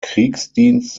kriegsdienst